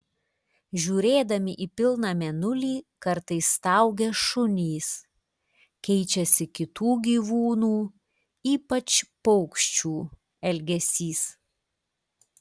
žiūrėdami į pilną mėnulį kartais staugia šunys keičiasi kitų gyvūnų ypač paukščių elgesys